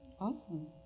awesome